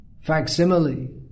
facsimile